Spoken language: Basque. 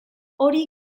hori